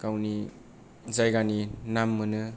गावनि जायगानि नाम मोनो